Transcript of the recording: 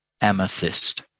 Amethyst